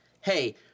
hey